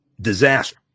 disaster